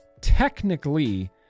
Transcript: Technically